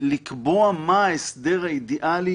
לקבוע מה ההסדר האידיאלי